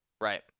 Right